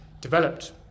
developed